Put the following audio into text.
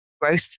growth